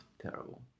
terrible